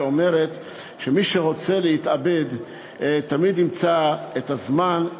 שאומרת שמי שרוצה להתאבד תמיד ימצא את הזמן,